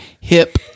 hip